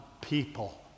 people